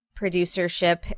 producership